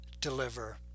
deliver